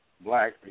black